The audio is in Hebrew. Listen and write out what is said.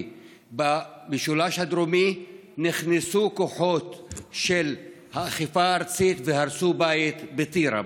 במשולש הדרומי נכנסו כוחות של האכיפה הארצית והרסו בית בטירה,